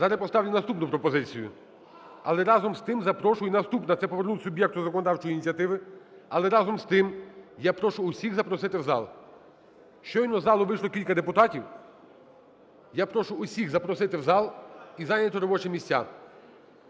зараз поставлю наступну пропозицію, але разом з тим запрошую… Наступна – це повернути суб'єкту законодавчої ініціативи, але разом з тим я прошу всіх запросити в зал. Щойно з залу вийшло кілька депутатів. Я прошу всіх запросити в зал і зайняти робочі місця.